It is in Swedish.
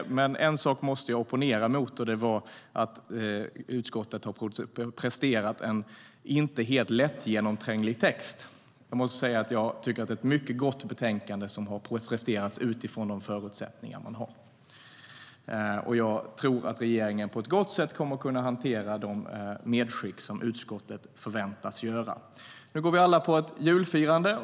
En sak måste jag dock opponera mig mot, nämligen att utskottet skulle ha presterat en inte helt lättgenomtränglig text. Jag tycker att det är ett mycket gott betänkande som har presterats utifrån de förutsättningar man hade. Jag tror att regeringen på ett gott sätt kommer att kunna hantera de medskick som utskottet förväntas göra. Nu går vi alla på julfirande.